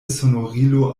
sonorilo